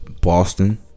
Boston